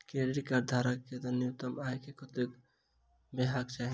Credit card धारक कऽ न्यूनतम आय कत्तेक हेबाक चाहि?